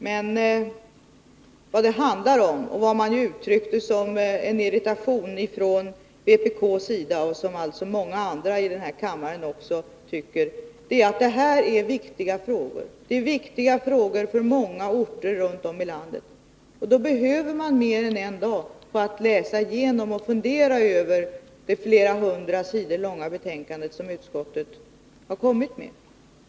Men vad det handlar om — det var det som vpk uttryckte sin irritation över, och den instämmer många andra här i kammaren i—-är att man behöver mer än en dag för att läsa igenom och fundera över det flera hundra sidor långa betänkande som utskottet framlagt och som tar upp frågor som är viktiga för många orter i landet.